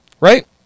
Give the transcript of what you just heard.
Right